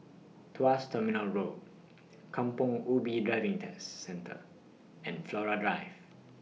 Tuas Terminal Road Kampong Ubi Driving Test Centre and Flora Drive